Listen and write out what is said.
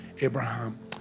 Abraham